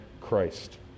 Christ